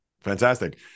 fantastic